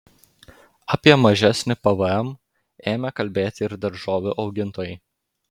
apie mažesnį pvm ėmė kalbėti ir daržovių augintojai